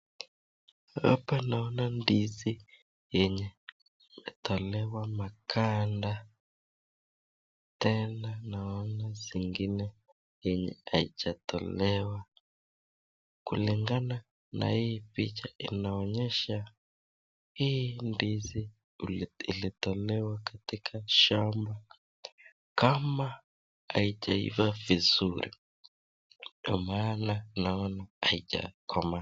Hapa naona ndizi yenye imetolewa makanda tena naona zingine zenye haijatolewa. Kulingana na hii picha inaonyesha hii ndizi ilitolewa katika shamba kama haijaiva vizuri ndio maana naona haijakomaa.